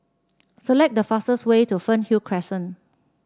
select the fastest way to Fernhill Crescent